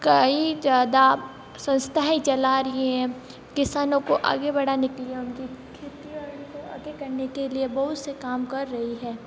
कई ज़्यादा संस्थाएं चला रही है किसानों को आगे बढ़ाने के लिए उनकी खेतियों और अन्य को अधिक करने के लिए बहुत से काम कर रही है